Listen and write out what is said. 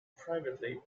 privately